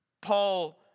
Paul